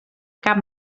cap